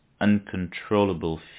uncontrollable